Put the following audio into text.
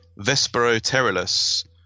Vesperoterilus